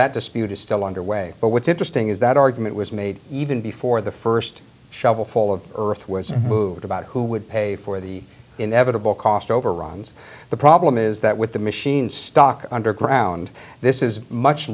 that dispute is still underway but what's interesting is that argument was made even before the first shovelful of earth was moved about who would pay for the inevitable cost overruns the problem is that with the machines stuck underground this is much